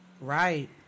Right